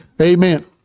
Amen